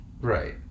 right